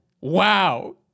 Wow